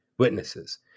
witnesses